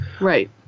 Right